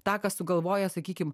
tą ką sugalvoja sakykim